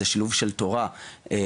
זה שילוב של תורה ועבודה.